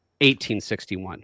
1861